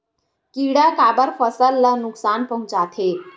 किड़ा काबर फसल ल नुकसान पहुचाथे?